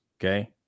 Okay